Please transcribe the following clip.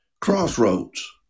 Crossroads